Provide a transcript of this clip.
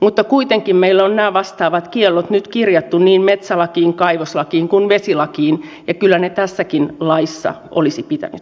mutta kuitenkin meillä on nämä vastaavat kiellot nyt kirjattu niin metsälakiin kaivoslakiin kuin vesilakiin ja kyllä niiden tässäkin laissa olisi pitänyt olla